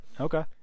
Okay